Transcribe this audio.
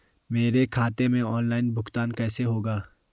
मेरे खाते में ऑनलाइन भुगतान कैसे होगा?